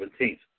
17th